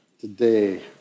today